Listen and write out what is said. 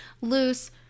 loose